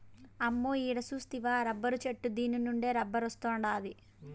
అమ్మో ఈడ సూస్తివా రబ్బరు చెట్టు దీన్నుండే రబ్బరొస్తాండాది